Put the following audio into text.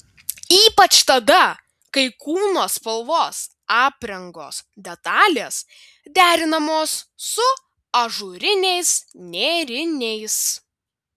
ypač tada kai kūno spalvos aprangos detalės derinamos su ažūriniais nėriniais